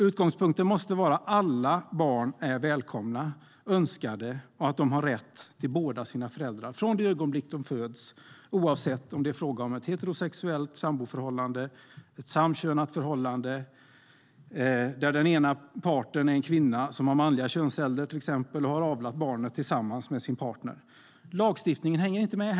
Utgångspunkten måste vara att alla barn är välkomna, önskade och har rätt till båda sina föräldrar från det ögonblick de föds oavsett om det är fråga om ett heterosexuellt samboförhållande eller ett samkönat förhållande, till exempel där den ena parten är en kvinna som har manliga könsceller och har avlat barnet tillsammans med sin partner. Lagstiftningen hänger inte med.